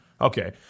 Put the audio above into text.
Okay